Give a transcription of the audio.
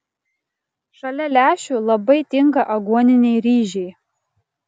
šalia lęšių labai tinka aguoniniai ryžiai